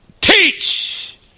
teach